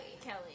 kelly